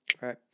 Right